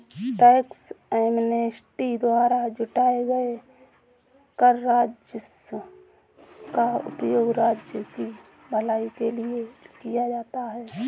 tax amnesty द्वारा जुटाए गए कर राजस्व का उपयोग राज्य की भलाई के लिए किया जाता है